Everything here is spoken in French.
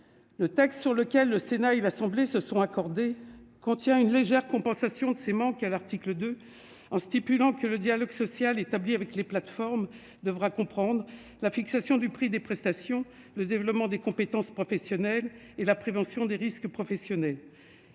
Le texte sur lequel le Sénat et l'Assemblée nationale se sont accordés propose une légère compensation de ces manques à l'article 2, lequel dispose que le dialogue social mené avec les plateformes devra comprendre la fixation du prix des prestations, le développement des compétences professionnelles et la prévention des risques professionnels.